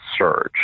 surge